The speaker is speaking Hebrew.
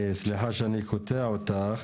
סליחה שאני קוטע אותך.